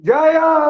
Jaya